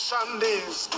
Sunday's